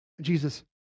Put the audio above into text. Jesus